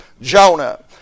Jonah